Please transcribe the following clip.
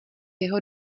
jeho